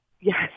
Yes